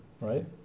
Right